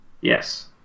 Yes